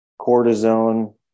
cortisone